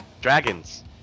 dragons